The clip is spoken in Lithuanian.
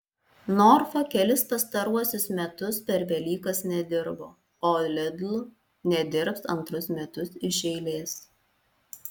norfa kelis pastaruosius metus per velykas nedirbo o lidl nedirbs antrus metus iš eilės